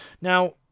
now